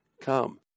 come